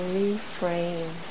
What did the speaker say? reframe